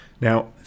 Now